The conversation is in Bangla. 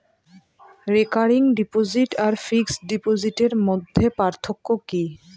রেকারিং ডিপোজিট আর ফিক্সড ডিপোজিটের মধ্যে পার্থক্য কি?